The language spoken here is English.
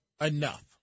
enough